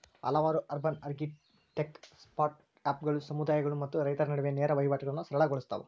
ಹಲವಾರು urban agritech ಸ್ಟಾರ್ಟ್ಅಪ್ಗಳು ಸಮುದಾಯಗಳು ಮತ್ತು ರೈತರ ನಡುವೆ ನೇರ ವಹಿವಾಟುಗಳನ್ನಾ ಸರಳ ಗೊಳ್ಸತಾವ